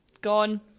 Gone